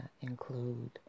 include